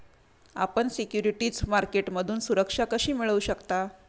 आपण सिक्युरिटीज मार्केटमधून सुरक्षा कशी मिळवू शकता?